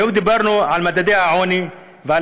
היום דיברנו על מדדי העוני ועל